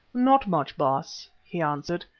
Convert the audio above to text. not much, baas, he answered,